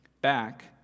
back